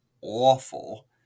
awful